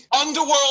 Underworld